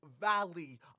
valley